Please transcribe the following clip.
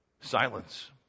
Silence